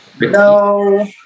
no